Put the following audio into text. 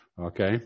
Okay